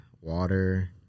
water